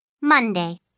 Monday